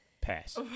pass